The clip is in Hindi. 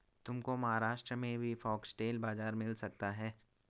तुमको महाराष्ट्र में भी फॉक्सटेल बाजरा मिल सकता है